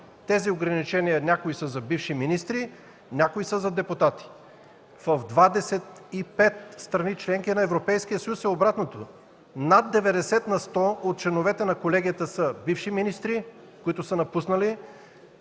тези ограничения са за бивши министри, някои – за депутати. В 25 страни – членки на Европейския съюз, е обратното: над 90 на сто от членовете на Колегията са бивши министри, които са напуснали